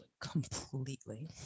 completely